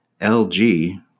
LG